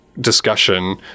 discussion